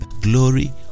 glory